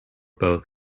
both